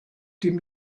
dem